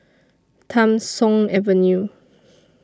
Tham Soong Avenue